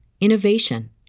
innovation